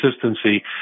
consistency